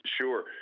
Sure